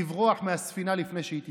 לברוח מהספינה לפני שהיא תטבע.